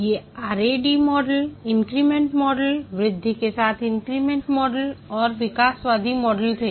ये RAD model increment model वृद्धि के साथ इंक्रीमेंट मॉडल और विकासवादी मॉडल थे